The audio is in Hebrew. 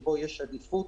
שבו יש עדיפות